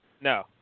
No